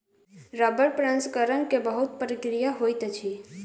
रबड़ प्रसंस्करण के बहुत प्रक्रिया होइत अछि